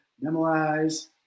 memorize